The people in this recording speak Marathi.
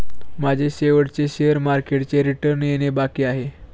माझे शेवटचे शेअर मार्केटचे रिटर्न येणे बाकी आहे